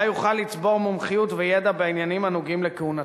שבה יוכל לצבור מומחיות וידע בעניינים הקשורים לכהונתו.